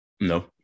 No